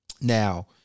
Now